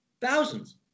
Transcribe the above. thousands